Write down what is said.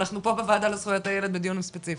אנחנו פה בוועדת לזכויות הילד בדיון ספציפי.